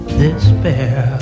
despair